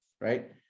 right